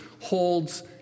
holds